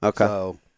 Okay